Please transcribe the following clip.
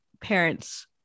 parent's